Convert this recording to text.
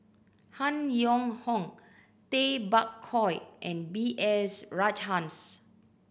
Han Yong Hong Tay Bak Koi and B S Rajhans